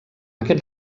aquest